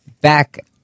back